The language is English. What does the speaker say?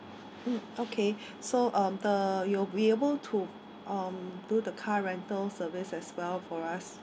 mm okay so um the you'll be able to um do the car rental service as well for us